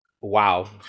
Wow